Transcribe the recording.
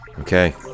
Okay